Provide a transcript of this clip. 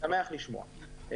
שמח לשמוע.